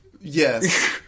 Yes